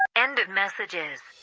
end of messages